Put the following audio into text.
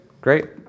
great